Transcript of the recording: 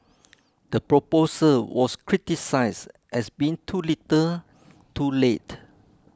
the proposal was criticised as being too little too late